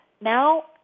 Now